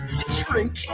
Drink